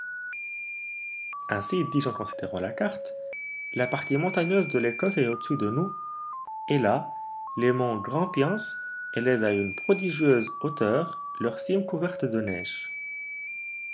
ainsi dis-je en considérant la carte la partie montagneuse de l'ecosse est au-dessus de nous et là les monts grampians élèvent à une prodigieuse hauteur leur cime couverte de neige